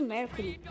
Mercury